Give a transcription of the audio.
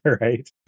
right